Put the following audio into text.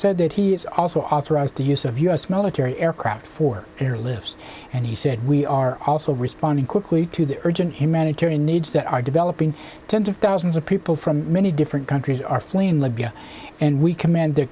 said that he is also authorized the use of u s military aircraft for their lives and he said we are also responding quickly to the urgent humanitarian needs that are developing tens of thousands of people from many different countries are fleeing libya and we command the